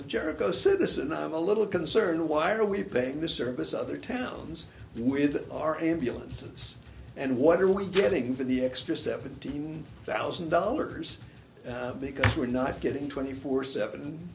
it jericho citizen i'm a little concerned why are we paying this service other towns with our ambulances and what are we getting for the extra seventeen thousand dollars because we're not getting twenty four seven